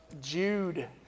Jude